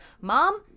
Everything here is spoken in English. Mom